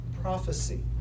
prophecy